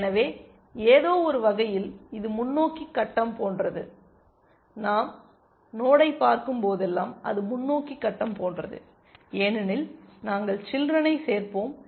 எனவே ஏதோ ஒரு வகையில் இது முன்னோக்கி கட்டம் போன்றது நாம் நேரடி நோடுயைப் பார்க்கும்போதெல்லாம் அது முன்னோக்கி கட்டம் போன்றது ஏனெனில் நாங்கள் சில்றெனை சேர்ப்போம்